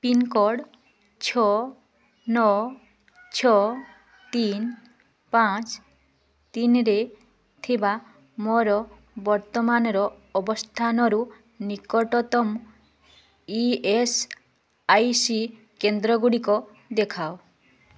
pincode ଛଅ ନଅ ଛଅ ତିନ ପାଞ୍ଚ ତିନିରେ ଥିବା ମୋର ବର୍ତ୍ତମାନର ଅବସ୍ଥାନରୁ ନିକଟତମ ଇ ଏସ୍ ଆଇ ସି କେନ୍ଦ୍ରଗୁଡ଼ିକ ଦେଖାଅ